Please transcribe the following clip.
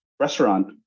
Restaurant